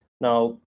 Now